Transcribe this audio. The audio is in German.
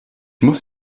muss